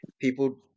People